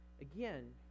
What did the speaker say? Again